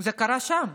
זה קרה שם,